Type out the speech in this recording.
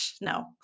No